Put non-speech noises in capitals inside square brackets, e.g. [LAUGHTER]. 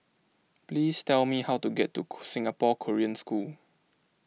please tell me how to get to [NOISE] Singapore Korean School